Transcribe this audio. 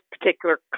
particular